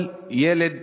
כל ילד